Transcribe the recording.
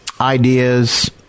ideas